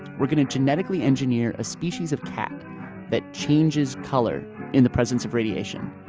we're going to genetically engineer a species of cat that changes color in the presence of radiation.